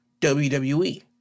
WWE